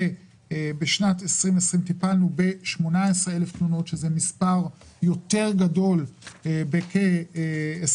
ובשנת 2020 טיפלנו ב-18,000 תלונות - מספר יותר גדול בכ-20%